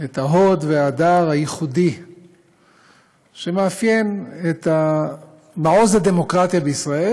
את ההוד וההדר הייחודי שמאפיין את מעוז הדמוקרטיה בישראל.